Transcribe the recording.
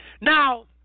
Now